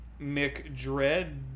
McDread